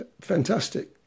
fantastic